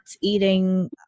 eating